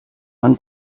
man